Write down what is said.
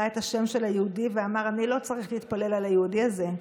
ראה את השם של היהודי ואמר: אני לא צריך להתפלל על היהודי הזה,